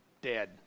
dead